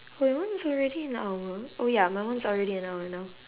oh your one is already an hour oh ya my one is already an hour now